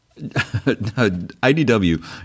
IDW